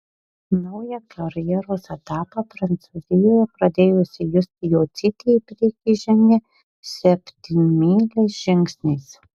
naują karjeros etapą prancūzijoje pradėjusi justė jocytė į priekį žengia septynmyliais žingsniais